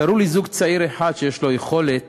תראו לי זוג צעיר אחד שיש לו יכולת